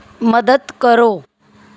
ਮਦਦ ਕਰੋ